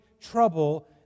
trouble